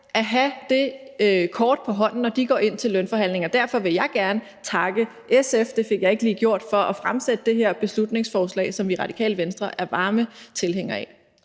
at have det kort på hånden, når de går ind til lønforhandlinger. Derfor vil jeg gerne takke SF – det fik jeg ikke lige gjort – for at fremsætte det her beslutningsforslag, som vi i Radikale Venstre er varme tilhængere af.